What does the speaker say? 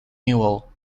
newell